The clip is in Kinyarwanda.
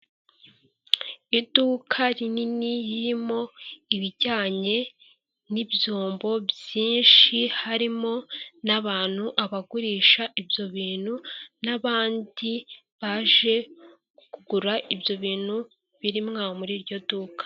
Iduka rinini ririmo ibijyanye n'ibyombo byinshi, harimo n'abantu abagurisha ibyo bintu, n'abandi baje kugura ibyo bintu birimwo muri iryo duka.